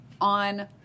on